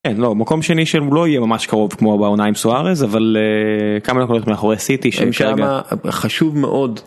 לא מקום שני שלא יהיה ממש קרוב כמו בעונה עם סוארז אבל כמה קולות מאחורי סיטי שהם... כמה שחשוב מאוד